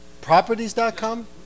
properties.com